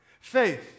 faith